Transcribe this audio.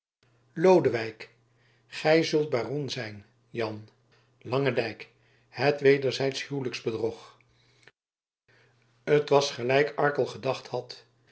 lodewijk gy zult baron zijn jan langendijk het wederzijds huwlijksbedrog het was gelijk arkel gedacht had